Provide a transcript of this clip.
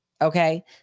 Okay